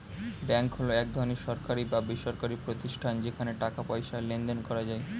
bank হলো এক ধরনের সরকারি বা বেসরকারি প্রতিষ্ঠান যেখানে টাকা পয়সার লেনদেন করা যায়